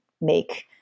make